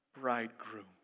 bridegroom